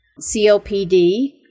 COPD